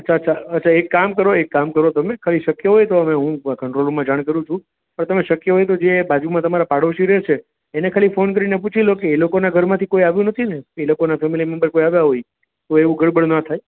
અચ્છા અચ્છા અચ્છા એક કામ કરો એક કામ કરો તમે ખાલી શક્ય હોય તો હવે હું કંટ્રોલ રૂમમાં જાણ કરું છું પણ તમે શક્ય હોય તો જે બાજુમાં તમારા પાડોશીઓ રે છે એને ખાલી ફોન કરીને પૂછી લો કે એ લોકોના ઘરમાંથી કોય આવ્યું નથી ને એ લોકોના ફેમિલી મેમ્બર આવ્યા હોય તો એવું ગડબડ ના થાય